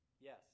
Yes